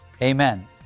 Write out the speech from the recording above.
Amen